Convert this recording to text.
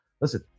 listen